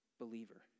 believer